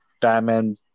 Batman